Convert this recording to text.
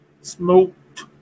smoked